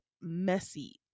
messy